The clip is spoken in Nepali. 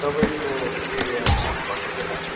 तपाईँको एरियाको भन्नु त नाम